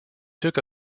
took